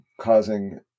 causing